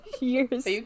years